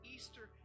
Easter